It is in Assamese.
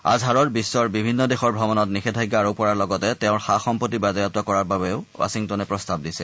আজহাৰৰ বিশ্বৰ বিভিন্ন দেশৰ ভ্ৰমণত নিষেধাজ্ঞা আৰোপ কৰাৰ লগতে তেওঁৰ সা সম্পত্তি বাজেয়াপ্ত কৰাৰ বাবেও ৱাশ্বিংটনে প্ৰস্তাৱ দিছে